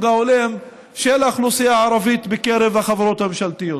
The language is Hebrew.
ההולם של האוכלוסייה הערבית בקרב החברות הממשלתיות.